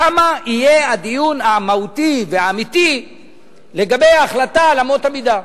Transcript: שם יהיה הדיון המהותי והאמיתי לגבי ההחלטה על אמות המידה.